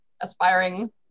aspiring